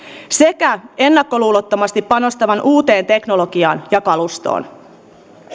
sekä ennakkoluulottomasti panostavan uuteen teknologiaan ja kalustoon